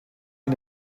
mit